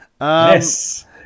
Yes